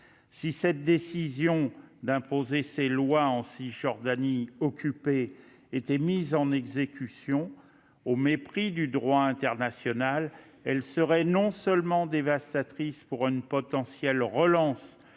Si cette décision d'imposer ses lois en Cisjordanie occupée était mise à exécution, au mépris du droit international, elle serait non seulement dévastatrice pour une potentielle relance